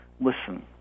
listen